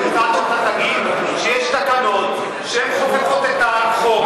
עד שאתה תגיד שיש תקנות שחופפות את החוק,